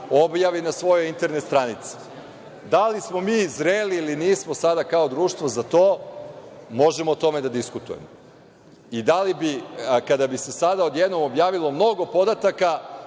objavi na svojoj internet stranici. Da li smo mi zreli ili nismo sada kao društvo za to? Možemo o tome da diskutujemo. Da li bi, kada bi se sada odjednom objavilo mnogo podataka,